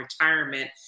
retirement